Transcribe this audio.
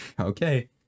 Okay